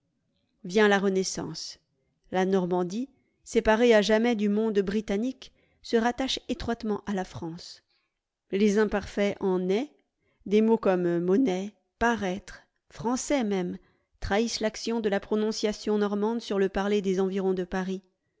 vient la renaissance la normandie séparée à jamais du monde britannique se rattache étroitement à la france les imparfaits en ait des mots comme monnaie paraître français même trahissent l'action de la prononciation normande sur le parler des environs de paris